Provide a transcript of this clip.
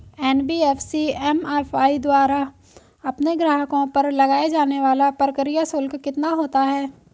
NBFC MFI द्वारा अपने ग्राहकों पर लगाए जाने वाला प्रक्रिया शुल्क कितना होता है?